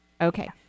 Okay